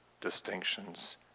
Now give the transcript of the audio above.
distinctions